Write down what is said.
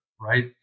right